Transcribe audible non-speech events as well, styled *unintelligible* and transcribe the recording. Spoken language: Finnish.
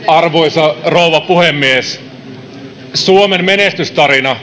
*unintelligible* arvoisa rouva puhemies suomen menestystarina